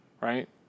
right